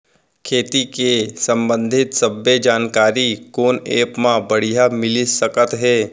खेती के संबंधित सब्बे जानकारी कोन एप मा बढ़िया मिलिस सकत हे?